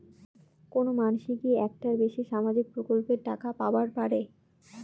কোনো মানসি কি একটার বেশি সামাজিক প্রকল্পের টাকা পাবার পারে?